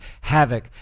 havoc